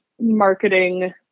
marketing